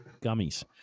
Gummies